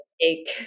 take